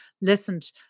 listened